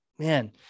Man